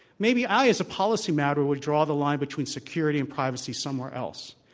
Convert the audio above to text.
maybe i, as a policy matter, would draw the line between security and privacy somewhere else.